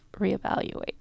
reevaluate